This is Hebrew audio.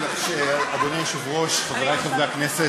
אדוני היושב-ראש, חברי חברי הכנסת,